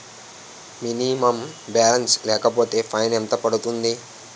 Minimum balance లేకపోతే fine ఎంత పడుతుంది?